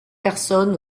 personnes